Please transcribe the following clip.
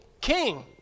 king